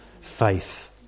faith